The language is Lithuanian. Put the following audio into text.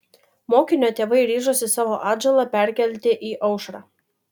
mokinio tėvai ryžosi savo atžalą perkelti į aušrą